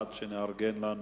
עד שנארגן לי מחליף.